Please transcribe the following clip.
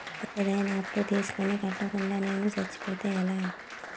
ఏదైనా అప్పు తీసుకొని కట్టకుండా నేను సచ్చిపోతే ఎలా